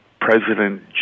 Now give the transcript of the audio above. president